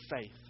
faith